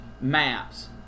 maps